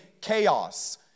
chaos